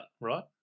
right